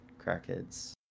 crackheads